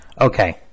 Okay